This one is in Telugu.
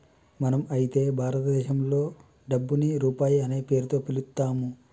మనం అయితే భారతదేశంలో డబ్బుని రూపాయి అనే పేరుతో పిలుత్తాము